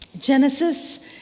Genesis